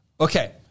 Okay